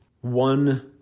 one